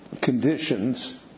conditions